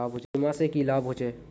बीमा से की लाभ होचे?